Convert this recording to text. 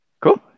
Cool